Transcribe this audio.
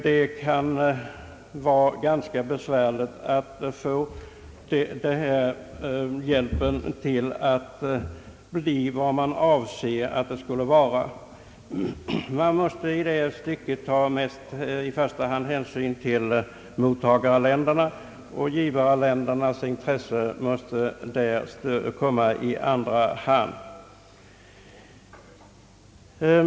Det kan vara ganska besvärligt att göra denna hjälp till vad man avser att den skall vara — i det stycket måste man främst ta hänsyn till mottagarländernas intresse medan givarländernas intresse får komma i andra hand.